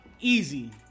Easy